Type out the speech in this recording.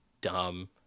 dumb